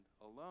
alone